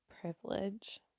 privilege